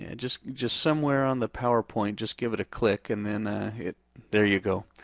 and just just somewhere on the power point just give it a click and then hit, there you go.